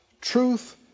Truth